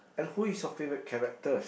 and who is your favourite characters